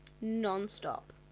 non-stop